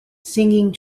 singing